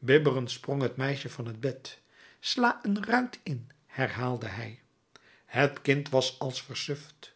bibberend sprong het meisje van het bed sla een ruit in herhaalde hij het kind was als versuft